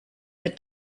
the